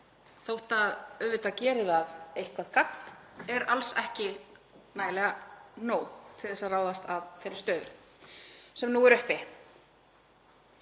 þó að auðvitað geri það eitthvert gagn, er alls ekki nóg til þess að ráðast að þeirri stöðu sem nú er uppi.